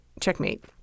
Checkmate